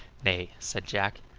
nay, said jack,